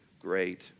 great